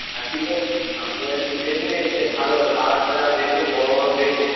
আর কী বলছি আমি বলছি বেগুন এসেছে ভালো তাজা তাজা বেগুন বড় বড় বেগুন